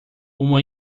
uma